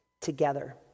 together